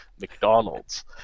McDonald's